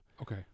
Okay